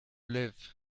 live